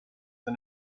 the